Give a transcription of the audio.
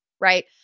right